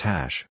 Hash